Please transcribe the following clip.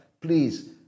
please